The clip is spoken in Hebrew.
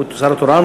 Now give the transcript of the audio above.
הוא השר התורן.